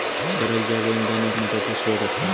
तरल जैव इंधन एक महत्त्वाचो स्त्रोत असा